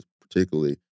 particularly